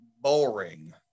boring